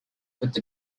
with